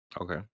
Okay